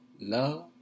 love